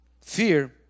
fear